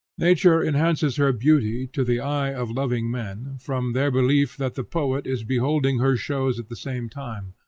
nature enhances her beauty, to the eye of loving men, from their belief that the poet is beholding her shows at the same time.